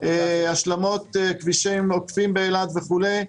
השלמות כבישים עוקפים באילת וכולי.